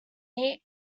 eat